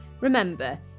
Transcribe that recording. Remember